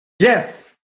Yes